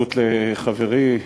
בהצטרפות לחברי,